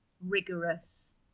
rigorous